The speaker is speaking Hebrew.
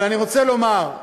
אבל אני רוצה לומר: